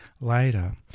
later